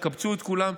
יקבצו את כולם,